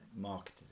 marketed